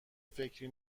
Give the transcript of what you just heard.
فکری